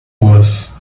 was